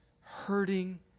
hurting